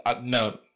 no